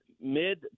Mid